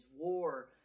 war